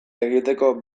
egiteko